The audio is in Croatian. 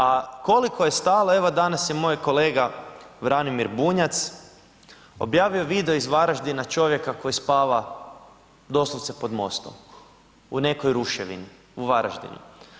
A koliko je stalo, evo danas je moj kolega Branimir Bunjac objavio video iz Varaždina čovjeka koji spava doslovce pod mostom u nekoj ruševini u Varaždinu.